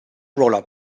roller